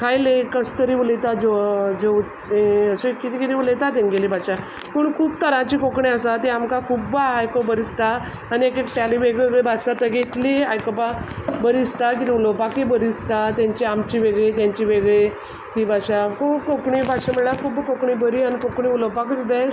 खायलें कशें तरी उलयता अशें कितें तरी उलयता जे जेव अशें कितें उलयता तेंगेली भाशा पूण खूब तरांचीं कोंकणी आसा ती आमकां खुब्ब आयको बरी दिसता आनी एक एकट्याली वेगळी भास जातकीर ती आयकोपा बरी दिसता उलोपाकय बरी दिसता तेंची आमची वेगळी तेंची वेगळी ती भाशा खूब कोंकणी भासा म्हणल्यार खुब्ब कोंकणी भाशा बरी आनी कोंकणी उलोपाकूय बेस्ट